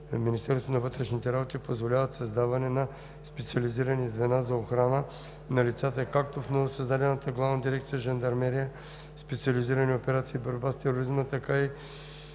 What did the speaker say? Министерството на вътрешните работи позволява създаване на специализирани звена за охрана на лицата както в новосъздадената Главна дирекция „Жандармерия, специализирани операции и борба с тероризма“, така и